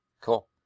Cool